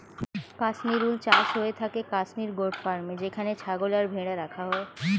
Kashmir wool চাষ হয়ে থাকে কাশ্মীর গোট ফার্মে যেখানে ছাগল আর ভেড়া রাখা হয়